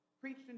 Preached